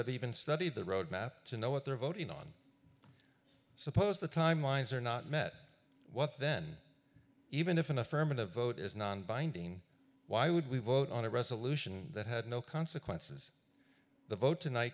have even studied the road map to know what they're voting on suppose the timelines are not met what then even if an affirmative vote is non binding why would we vote on a resolution that had no consequences the vot